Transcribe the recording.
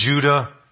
Judah